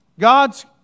God's